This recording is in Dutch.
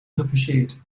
gefuseerd